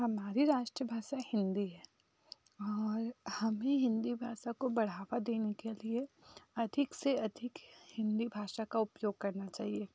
हमारे राष्ट्र भाषा हिन्दी है और हमें हिन्दी भाषा को बढ़ावा देने के लिए अधिक से अधिक हिन्दी भाषा का उपयोग करना चाहिए